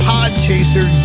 Podchaser